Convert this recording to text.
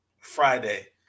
Friday